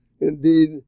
indeed